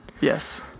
yes